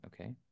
okay